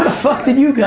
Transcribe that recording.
ah fuck did you